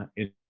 it.